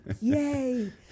yay